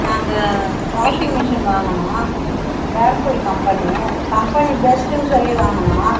நாங்கள் washing machine வாங்கினோம் Whirlpool company company பெஸ்ட்ன்னு சொல்லி வாங்குனோம்